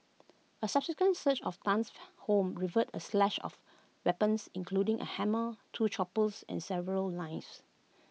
A subsequent search of Tan's home revealed A stash of weapons including A hammer two choppers and several knives